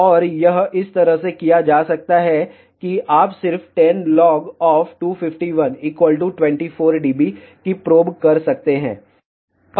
और यह इस तरह से किया जा सकता है कि आप सिर्फ 10 log of 251 24 dB की प्रोब कर सकते हैं